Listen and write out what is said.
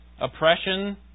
oppression